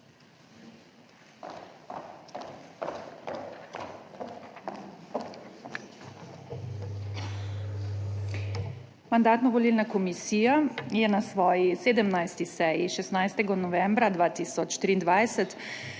Mandatno-volilna komisija je na svoji 17. seji 16. novembra 2023